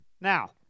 now